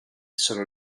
sono